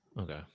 Okay